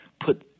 put